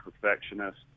perfectionist